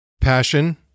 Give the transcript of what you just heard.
Passion